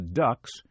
duck's